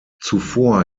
zuvor